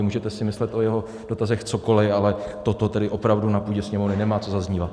Můžete si myslet o jeho dotazech cokoli, ale toto tedy opravdu na půdě Sněmovny nemá co zaznívat.